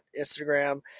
Instagram